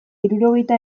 hirurogeita